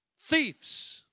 thieves